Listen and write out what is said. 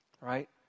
right